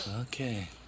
Okay